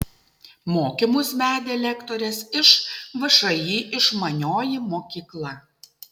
mokymus vedė lektorės iš všį išmanioji mokykla